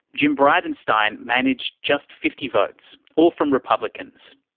jim bridenstine managed just fifty votes, all from republicans.